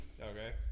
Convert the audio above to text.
Okay